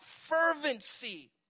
fervency